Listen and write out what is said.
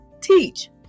Teach